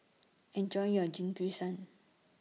Enjoy your Jingisukan